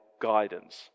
guidance